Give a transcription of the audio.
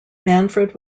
manfred